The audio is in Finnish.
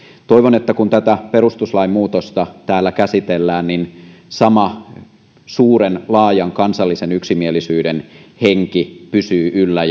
toivon että kun tätä perustuslain muutosta täällä käsitellään niin sama suuren laajan kansallisen yksimielisyyden henki pysyy yllä